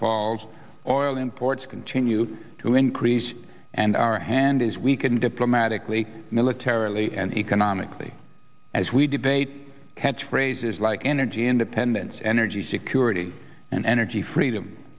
falls or oil imports continue to increase and our hand is weakened diplomatically militarily and economically as we debate catch phrases like energy independence energy security and energy freedom